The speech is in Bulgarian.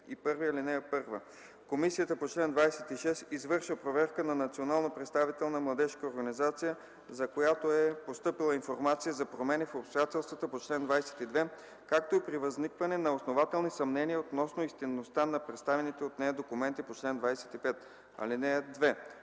31: „Чл. 31. (1) Комисията по чл. 26 извършва проверка на национално представителна младежка организация, за която е постъпила информация за промени в обстоятелствата по чл. 22, както и при възникване на основателни съмнения относно истинността на представените от нея документи по чл. 25. (2)